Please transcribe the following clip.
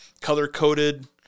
color-coded